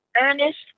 Ernest